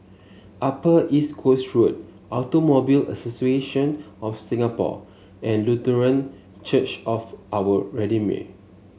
Upper East Coast Road Automobile Association of Singapore and Lutheran Church of Our Redeemer